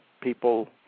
people